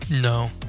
No